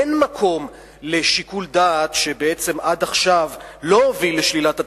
אין מקום לשיקול דעת שבעצם עד עכשיו לא הוביל לשלילת התקציב,